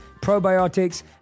probiotics